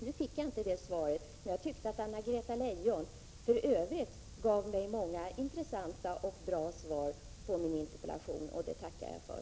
Nu fick jag inte det svaret, men jag tycker att Anna-Greta Leijon för övrigt gav mig många intressanta och bra svar på min interpellation. Det tackar jag för.